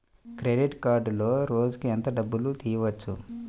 Credit కార్డులో రోజుకు ఎంత డబ్బులు తీయవచ్చు?